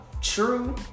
true